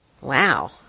wow